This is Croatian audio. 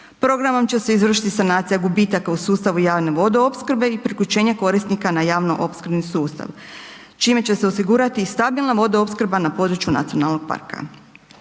Programom će se izvršiti sanacija gubitaka u sustavu javne vodoopskrbe i priključenje korisnika na javno-opskrbni sustav čime će se osigurati stabilna vodoopskrba na području nacionalnog parka.